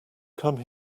come